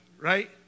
right